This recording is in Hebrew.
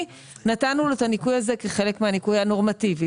נתנו לו את הניכוי הזה כחלק מהניכוי הנורמטיבי.